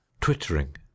twittering